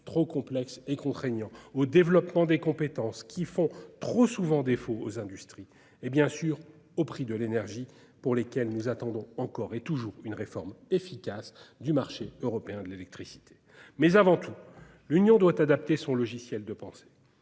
trop complexe et contraignant, au développement des compétences, qui font trop souvent défaut aux industries et, bien sûr, aux prix de l'énergie, pour lesquels nous attendons encore et toujours une réforme efficace du marché européen de l'électricité. Avant tout, l'Union européenne doit adapter son logiciel de pensée.